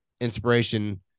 inspiration